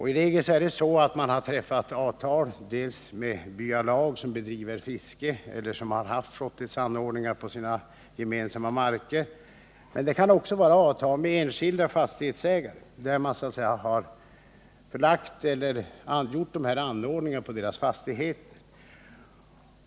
I regel är det så att man har träffat avtal med byalag, som bedriver fiske eller som har flottningsanordningar på sina gemensamma marker, men det kan också vara avtal som man har träffat med enskilda fastighetsägare när man har förlagt anordningar på deras fastigheter.